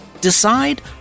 Decide